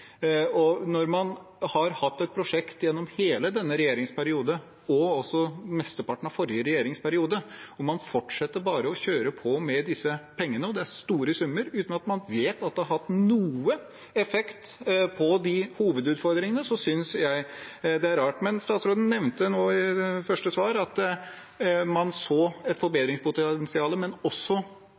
hatt et prosjekt gjennom hele denne regjeringens periode og også mesteparten av forrige regjerings periode, og man bare fortsetter å kjøre på med disse pengene – og det er store summer – uten at man vet at det har hatt noen effekt på de hovedutfordringene, så synes jeg det er rart. Statsråden nevnte nå i første svar at man så et forbedringspotensial, men også